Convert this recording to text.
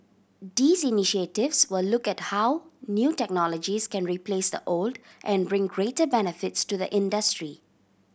these initiatives will look at how new technologies can replace the old and bring greater benefits to the industry